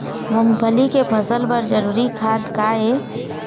मूंगफली के फसल बर जरूरी खाद का ये?